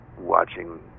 watching